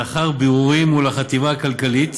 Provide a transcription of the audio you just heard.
לאחר בירורים עם החטיבה הכלכלית